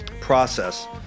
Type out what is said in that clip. process